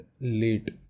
late